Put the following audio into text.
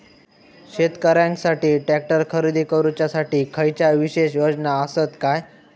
शेतकऱ्यांकसाठी ट्रॅक्टर खरेदी करुच्या साठी खयच्या विशेष योजना असात काय?